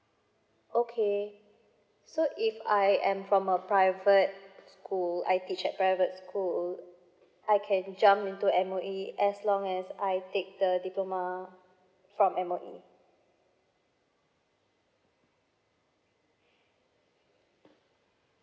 okay so if I am from a private school I teach at private school I can jump into M_O_E as long as I take the diploma from M_O_E